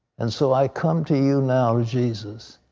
and so i come to you now, jesus,